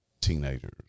teenagers